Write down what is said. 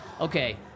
okay